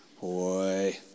Boy